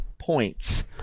points